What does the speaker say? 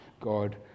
God